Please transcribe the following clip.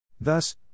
Thus